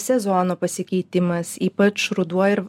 sezono pasikeitimas ypač ruduo ir